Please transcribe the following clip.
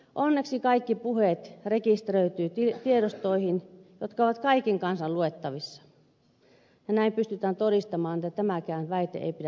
onneksi kaikki puheet rekisteröityvät tiedostoihin jotka ovat kaiken kansan luettavissa ja näin pystytään todistamaan että tämäkään väite ei pidä paikkaansa